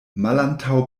malantaŭ